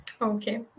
Okay